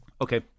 Okay